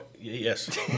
Yes